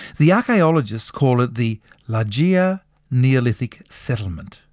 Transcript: the archaeologists call it the lajia neolithic settlement.